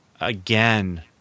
again